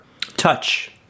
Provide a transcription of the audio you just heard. Touch